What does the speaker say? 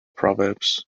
proverbs